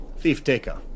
thief-taker